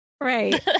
Right